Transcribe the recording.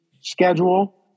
schedule